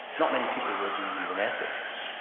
not many people were doing even ethics.